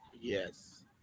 Yes